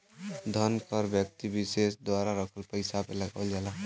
धन कर व्यक्ति विसेस द्वारा रखल पइसा पे लगावल जाला